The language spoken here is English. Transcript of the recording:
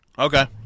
Okay